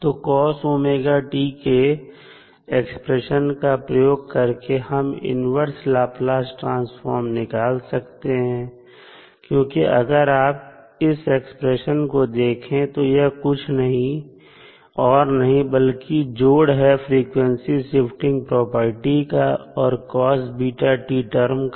तो के एक्सप्रेशन का प्रयोग करके हम इन्वर्स लाप्लास ट्रांसफॉर्म निकाल सकते हैं क्योंकि अगर आप इस एक्सप्रेशन को देखें तो यह कुछ और नहीं बल्कि जोड़ है फ्रीक्वेंसी शिफ्टिंग प्रॉपर्टी का और टर्म का